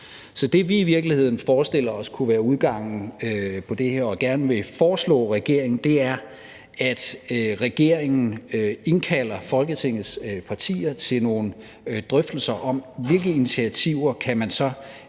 Så det, vi i virkeligheden forestiller os kunne være udgangen på det her og gerne vil foreslå regeringen, er, at regeringen indkalder Folketingets partier til nogle drøftelser om, hvilke initiativer man så